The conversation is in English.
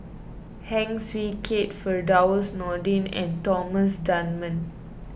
Heng Swee Keat Firdaus Nordin and Thomas Dunman